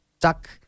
duck